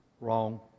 Wrong